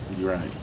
Right